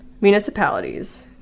municipalities